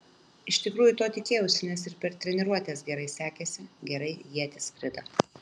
iš tikrųjų to tikėjausi nes ir per treniruotes gerai sekėsi gerai ietis skrido